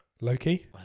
Loki